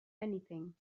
anything